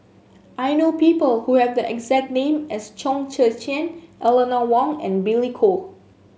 I know people who have the exact name as Chong Tze Chien Eleanor Wong and Billy Koh